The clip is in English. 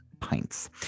pints